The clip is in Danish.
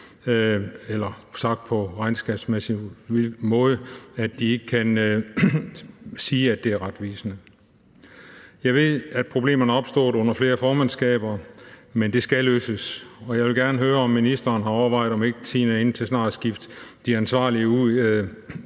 eller sagt på en regnskabsmæssig måde: at de ikke kan sige, at det er retvisende. Jeg ved, at problemerne er opstået under flere formandskaber, men det skal løses, og jeg vil gerne høre, om ministeren har overvejet, om tiden ikke er inde til snart at skifte de ansvarlige for